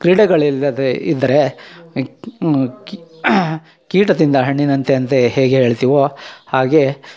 ಕ್ರೀಡೆಗಳಿಲ್ಲದೆ ಇದ್ರೆ ಕಿ ಕೀಟತಿಂದ ಹಣ್ಣಿನಂತೆ ಅಂತ ಹೇಗೆ ಹೇಳ್ತೀವೋ ಹಾಗೆ